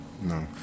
No